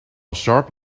sharp